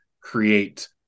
create